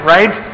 Right